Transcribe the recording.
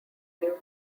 new